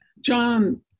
John